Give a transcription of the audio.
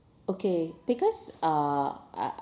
okay because uh I